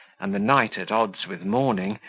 and the night at odds with morning,